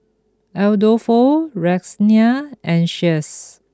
Adolfo Roxane and Shaes